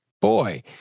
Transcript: Boy